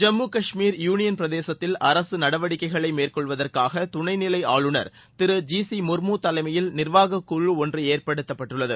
Jammu Kashmir union பிரதேசத்தில் அரசு நடவடிக்கைகளை மேற்கொள்வதற்காக துணைநிலை ஆளுநர் திரு ஜி சி முர்மு தலைமையில் நிர்வாகக்குழு ஒன்று ஏற்படுத்தப்பட்டுள்ளது